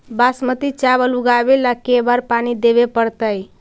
बासमती चावल उगावेला के बार पानी देवे पड़तै?